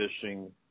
fishing